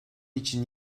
için